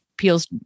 Peel's